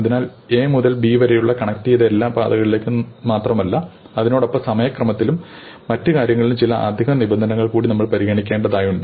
അതിനാൽ A മുതൽ B വരെയുള്ള കണക്റ്റു ചെയ്ത എല്ലാ പാതകളിലേക്ക് മാത്രമല്ല അതിനോടൊപ്പം സമയക്രമത്തിലും മറ്റ് കാര്യങ്ങളിലും ചില അധിക നിബന്ധനകൾകൂടി നമ്മൾ പരിഗണിക്കേണ്ടതായുണ്ട്